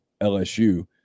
LSU